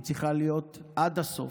היא צריכה להיות עד הסוף.